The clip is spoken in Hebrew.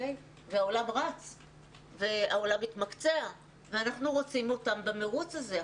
והעולם רץ ומתמקצע, ואנחנו רוצים אותם במרוץ הזה.